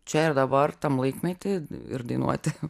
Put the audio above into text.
čia ir dabar tam laikmety ir dainuoti